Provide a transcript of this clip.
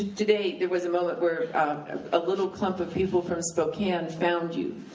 today there was a moment where a little clump of people from spokane found you,